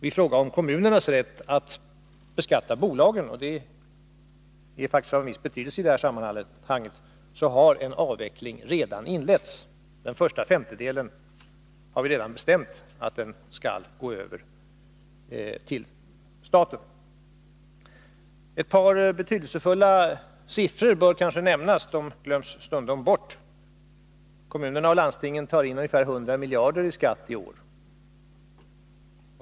I fråga om kommunernas rätt att beskatta bolagen — och det är faktiskt av en viss betydelse i detta sammanhang — har en avveckling redan inletts. Vi har redan bestämt att den första femtedelen skall gå över till staten. Ett par betydelsefulla siffror bör kanske nämnas; de glöms stundom bort. Kommunerna och landstingen tar in ungefär 100 miljarder i skatt i år.